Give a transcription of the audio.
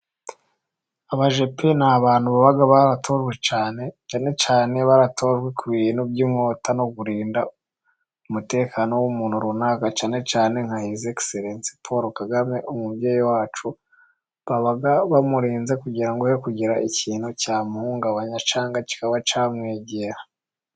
Abajepe ni abantu baba baratowe cyane, cyane cyane baratojwe ku bintu by'inkota no kurinda umutekano w'umuntu runaka, cyane cane nka Hizi Egiserense Paul KAGAME umubyeyi wacu, baba bamurinze kugira ngo he kugira ikintu cyamuhungabanya, cyangwa kikaba cyamwegera.